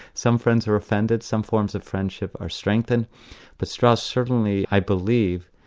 some friends are offended, some forms of friendship are strengthened but strauss certainly i believe,